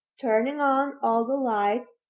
turning on all the lights,